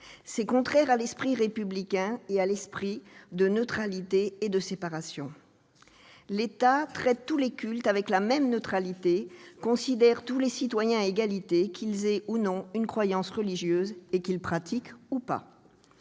C'est contraire à l'esprit républicain et à l'esprit de neutralité et de séparation. L'État traite tous les cultes avec la même neutralité et considère tous les citoyens à égalité, qu'ils aient ou non une croyance religieuse, qu'ils la pratiquent ou non.